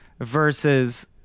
versus